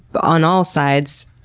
but on all sides,